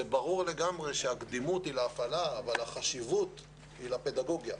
זה ברור לגמרי שהקדימות היא להפעלה אבל החשיבות היא לפדגוגיה.